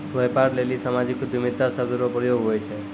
व्यापार लेली सामाजिक उद्यमिता शब्द रो प्रयोग हुवै छै